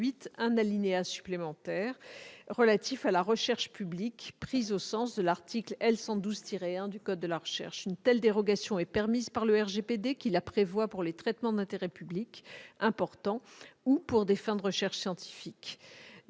un alinéa supplémentaire relatif à la recherche publique prise au sens de l'article L. 112-1 du code de la recherche. Une telle dérogation est permise par le RGPD, qui la prévoit pour les traitements d'intérêt public importants ou pour des fins de recherche scientifique.